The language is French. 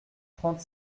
trente